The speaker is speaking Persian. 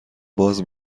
باز